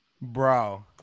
Bro